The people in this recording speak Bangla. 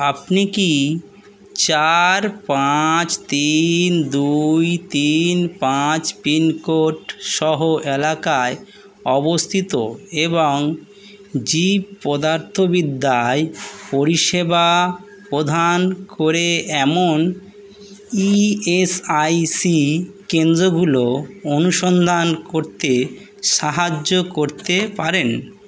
আপনি কি চার পাঁচ তিন দুই তিন পাঁচ পিনকোড সহ এলাকায় অবস্থিত এবং জীবপদার্থবিদ্যায় পরিষেবা প্রদান করে এমন ইএসআইসি কেন্দ্রগুলো অনুসন্ধান করতে সাহায্য করতে পারেন